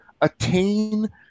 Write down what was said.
attain